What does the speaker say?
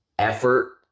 Effort